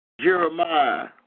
Jeremiah